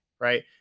right